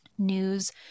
news